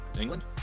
England